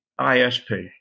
ISP